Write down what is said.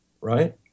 right